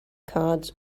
cards